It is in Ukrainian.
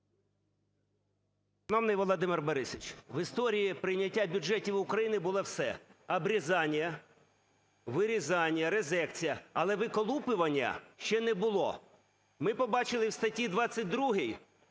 Володимир Борисович, в історії прийняття бюджетів України було все: обрізання, вирізання, резекція, але виколупування ще не було. Ми побачили в статті 22